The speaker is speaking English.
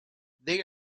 they